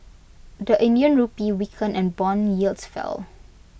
the Indian Rupee weakened and Bond yields fell